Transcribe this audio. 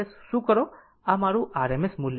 આપણે m√ 2